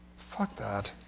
fuck that.